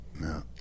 No